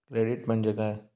Credit म्हणजे काय?